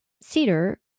CEDAR